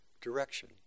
direction